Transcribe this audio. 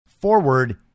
Forward